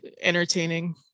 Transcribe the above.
entertaining